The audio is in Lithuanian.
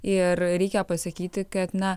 ir reikia pasakyti kad na